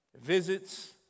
visits